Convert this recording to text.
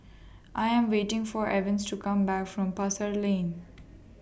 I Am waiting For Evans to Come Back from Pasar Lane